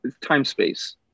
time-space